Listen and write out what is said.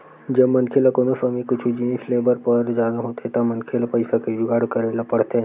जब मनखे ल कोनो समे कुछु जिनिस लेय बर पर जाना होथे त मनखे ल पइसा के जुगाड़ करे ल परथे